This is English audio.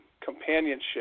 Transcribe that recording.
companionship